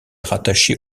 rattachée